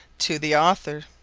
to the author,